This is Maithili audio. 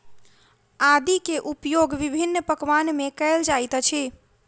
आदी के उपयोग विभिन्न पकवान में कएल जाइत अछि